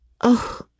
Oh